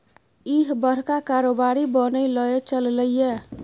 इह बड़का कारोबारी बनय लए चललै ये